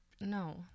no